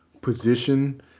position